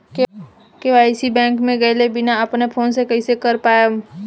KYC bank मे गएले बिना अपना फोन से कइसे कर पाएम?